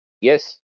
yes